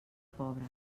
pobre